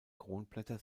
kronblätter